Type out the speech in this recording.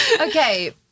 Okay